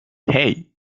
hey